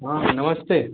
हाँ नमस्ते